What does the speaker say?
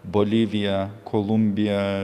bolivija kolumbija